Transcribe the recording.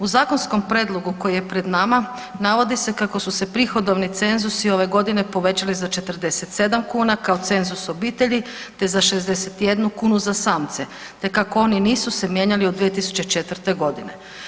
U zakonskom prijedlogu koji je pred nama navodi se kako su se prihodovni cenzusi ove godine povećali za 47 kuna kao cenzus obitelji, te za 61 kunu za samce, te kako oni se nisu mijenjali od 2004. godine.